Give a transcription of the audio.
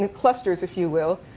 and clusters, if you will,